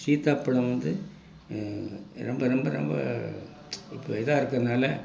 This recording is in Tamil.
சீத்தாப்பழம் வந்து ரொம்ப ரொம்ப ரொம்ப இப்போ இதாக இருக்கிறனால